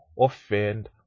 offend